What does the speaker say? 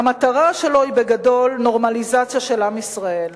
והמטרה שלו היא בגדול נורמליזציה של עם ישראל: